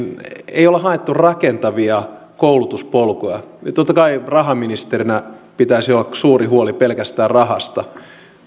ei ole haettu rakentavia koulutuspolkuja totta kai rahaministerinä pitäisi olla suuri huoli pelkästään rahasta